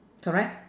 correct